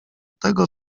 tego